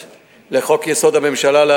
לחוק-יסוד: הממשלה,